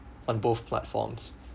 on both platforms